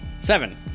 Seven